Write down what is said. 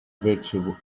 virtue